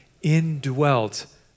indwelt